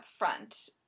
upfront